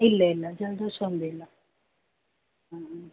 ഇല്ല ഇല്ല ജലദോഷം ഒന്നുമില്ല ആ ആ